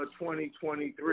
2023